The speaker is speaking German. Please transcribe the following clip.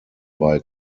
bei